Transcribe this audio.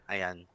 Ayan